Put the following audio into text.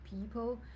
people